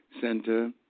Center